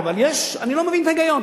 אני לא מבין את ההיגיון,